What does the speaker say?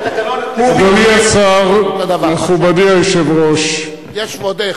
יש, ועוד איך.